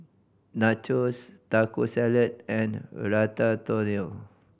Nachos Taco Salad and Ratatouille